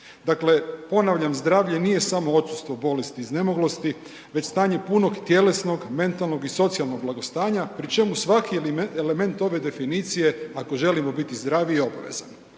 Dakle ponavljam, zdravlje nije samo odsustvo bolesti iznemoglosti već stanje punog tjelesnog mentalnog i socijalnog blagostanja pri čemu svaki element ove definicije ako želimo biti zdravi je obavezan.